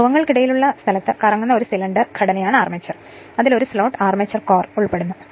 ധ്രുവങ്ങൾക്കിടയിലുള്ള സ്ഥലത്ത് കറങ്ങുന്ന ഒരു സിലിണ്ടർ ഘടനയാണ് അർമേച്ചർ അതിൽ ഒരു സ്ലോട്ട്ഡ് ആർമേച്ചർ കോർ ഉൾപ്പെടുന്നു